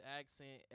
accent